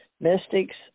mystics